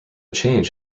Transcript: change